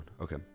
Okay